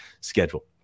schedule